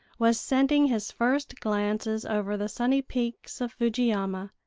was sending his first glances over the sunny peaks of fuji-yama,